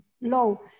low